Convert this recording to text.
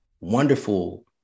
wonderful